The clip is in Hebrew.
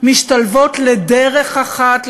משתלבות לדרך אחת,